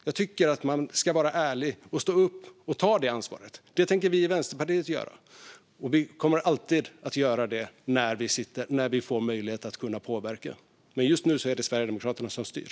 Jag tycker att man ska vara ärlig och stå upp och ta det ansvaret. Det kommer vi i Vänsterpartiet alltid att göra när vi får möjlighet att påverka. Men just nu är det Sverigedemokraterna som styr.